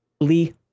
Lee